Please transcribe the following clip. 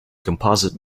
composite